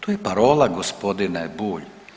To je parola gospodine Bulj.